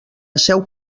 asseu